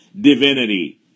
divinity